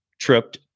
tripped